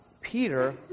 Peter